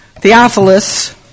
Theophilus